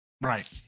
Right